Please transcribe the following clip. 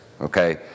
okay